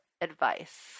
advice